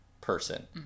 person